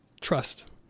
Trust